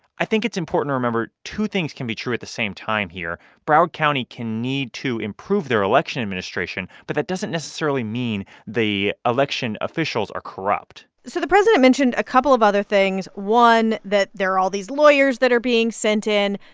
i think it's important to remember two things can be true at the same time here broward county can need to improve their election administration, but that doesn't necessarily mean the election officials are corrupt so the president mentioned a couple of other things. one, that there are all these lawyers that are being sent in.